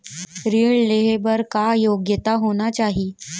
ऋण लेहे बर का योग्यता होना चाही?